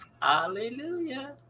hallelujah